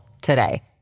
today